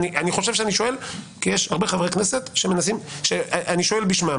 אני חושב שאני שואל כי יש הרבה חברי כנסת שאני שואל בשמם.